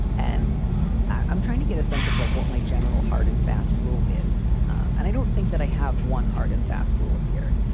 and i'm trying to get a sense of like what my general hard and fast rule is. um and i don't think that i have one hard and fast rule here,